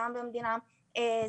גם למדינה עצמה,